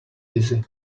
dizzy